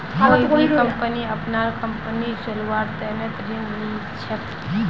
कोई भी कम्पनी अपनार कम्पनी चलव्वार तने ऋण ली छेक